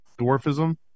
dwarfism